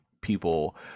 people